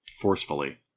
forcefully